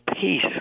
peace